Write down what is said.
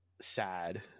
sad